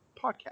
Podcast